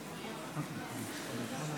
הזכות לחינוך לילדים בהשמה חוץ-ביתית),